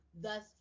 thus